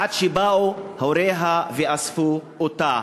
עד שבאו הוריה ואספו אותה.